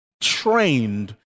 trained